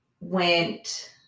went